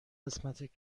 قسمت